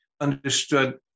understood